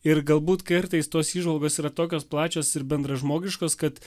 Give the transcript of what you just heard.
ir galbūt kartais tos įžvalgos yra tokios plačios ir bendražmogiškos kad